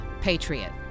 Patriot